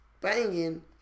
banging